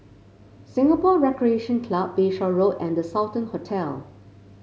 Singapore Recreation Club Bayshore Road and The Sultan Hotel